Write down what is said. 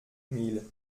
mille